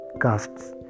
castes